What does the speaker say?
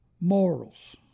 Morals